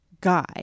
guy